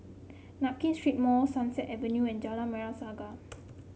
Nankin Street Mall Sunset Avenue and Jalan Merah Saga